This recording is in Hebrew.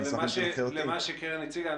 למה שקרן הציגה.